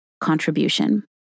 contribution